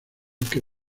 que